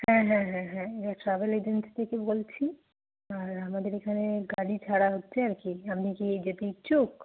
হ্যাঁ হ্যাঁ হ্যাঁ হ্যাঁ এ ট্র্যাভেল এজেন্সি থেকে বলছি আর আমাদের এখানে গাড়ি ছাড়া হচ্ছে আর কি আপনি কি যেতে ইচ্ছুক